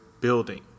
building